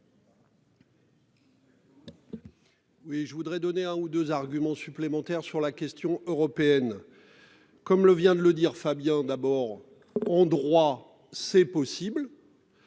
Oui, je voudrais donner un ou 2 arguments supplémentaires sur la question européenne. Comme le vient de le dire. Fabien, d'abord en droit c'est possible.--